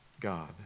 God